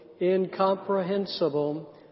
incomprehensible